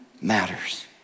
matters